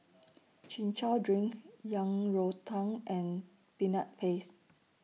Chin Chow Drink Yang Rou Tang and Peanut Paste